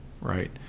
right